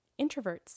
Introverts